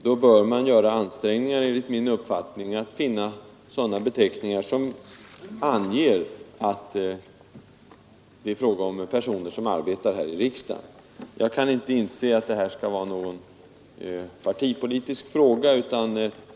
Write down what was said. Då bör man enligt min uppfattning försöka finna sådana benämningar som anger, att det är fråga om personer som arbetar här i riksdagen. Jag kan inte anse att det här är någon partipolitisk fråga.